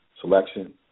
selection